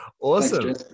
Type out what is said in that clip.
Awesome